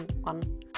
one